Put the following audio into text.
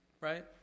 right